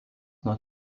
nuo